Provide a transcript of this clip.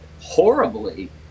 horribly